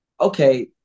okay